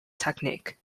technique